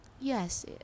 Yes